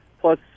plus